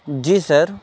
جی سر